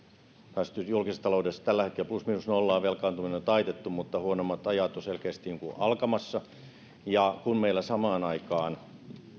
päässeet julkisessa taloudessa tällä hetkellä plus miinus nollaan velkaantuminen on taitettu niin huonommat ajat ovat selkeästi alkamassa ja kun meillä samaan aikaan